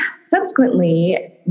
subsequently